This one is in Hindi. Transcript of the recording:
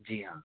जी हाँ